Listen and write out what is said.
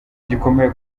gikomeye